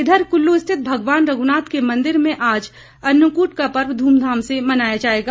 इधर कुल्लू स्थित भगवान रघ्नाथ के मंदिर मैं आज अनकूट का पर्व ध्मधाम से मनाया जाएगा